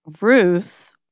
Ruth